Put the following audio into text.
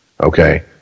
Okay